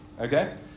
Okay